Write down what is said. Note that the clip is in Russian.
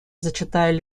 зачитаю